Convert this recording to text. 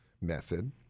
method